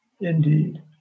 indeed